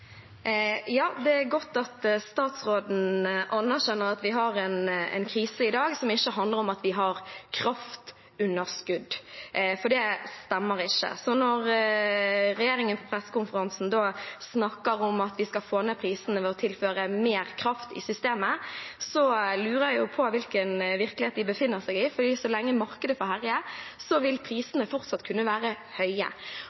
Det er godt at statsråden anerkjenner at vi har en krise i dag som ikke handler om at vi har kraftunderskudd, for det stemmer ikke. Så når regjeringen på pressekonferansen snakket om at man skal få ned prisene ved å tilføre systemet mer kraft, lurer jeg på hvilken virkelighet de befinner seg i, for så lenge markedet